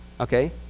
Okay